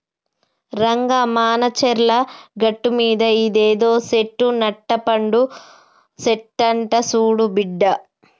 రంగా మానచర్ల గట్టుమీద ఇదేదో సెట్టు నట్టపండు సెట్టంట సూడు బిడ్డా